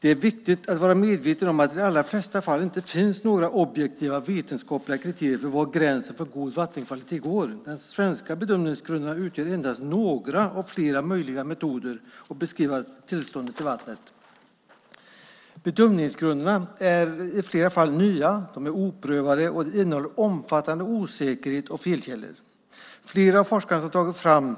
Det är viktigt att vara medveten om att det i de allra flesta fall inte finns några objektiva vetenskapliga kriterier för var gränsen för god vattenkvalitet går. De svenska bedömningsgrunderna utgör endast några av flera möjliga metoder att beskriva tillståndet i vattnet. Bedömningsgrunderna är i flera fall nya. De är oprövade och innehåller omfattande osäkerhet och felkällor. Flera forskare som har tagit fram